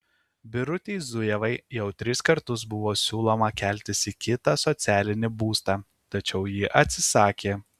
birutei zujevai jau tris kartus buvo siūloma keltis į kitą socialinį būstą tačiau ji atsisakė